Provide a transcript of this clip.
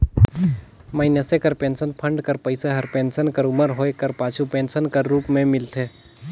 मइनसे कर pension fund कर पइसा हर पेंसन कर उमर होए कर पाछू पेंसन कर रूप में मिलथे